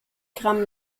gramm